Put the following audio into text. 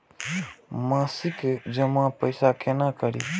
मासिक जमा पैसा केना करी?